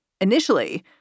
Initially